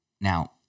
Now